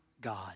God